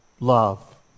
Love